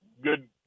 good